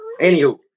anywho